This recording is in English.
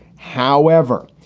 however,